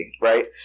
Right